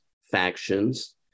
factions